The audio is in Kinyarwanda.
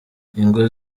ingo